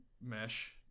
mesh